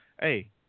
hey